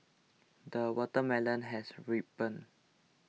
the watermelon has ripened